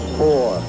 four